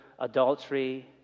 adultery